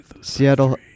Seattle